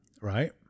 right